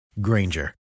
Granger